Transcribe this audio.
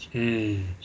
mm